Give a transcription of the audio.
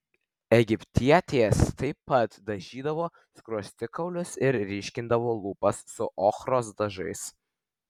egiptietės taip pat dažydavo skruostikaulius ir ryškindavo lūpas su ochros dažais